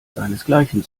seinesgleichen